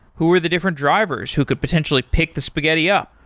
who are the different drivers who could potentially pick the spaghetti up?